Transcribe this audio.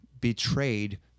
betrayed